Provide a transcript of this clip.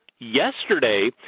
yesterday